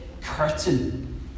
curtain